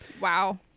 Wow